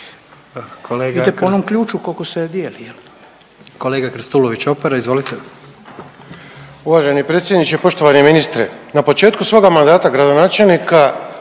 Uvaženi predsjedniče i poštovani ministre. Na početku svoga mandata gradonačelnika